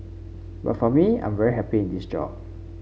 but for me I am very happy in this job